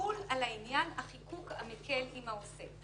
יחול על הענין החיקוק המקל עם העושה,